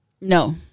No